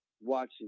watching